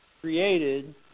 created